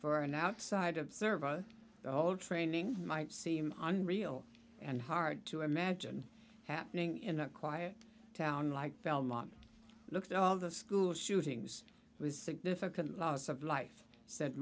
for an outside observer although training might seem unreal and hard to imagine happening in a quiet town like belmont looked at all the school shootings was significant loss of life said